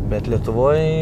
bet lietuvoj